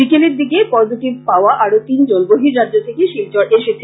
বিকেলের দিকে পজিটিভ পাওয়া আরো তিন জন বর্হি রাজ্য থেকে শিলচর এসেছেন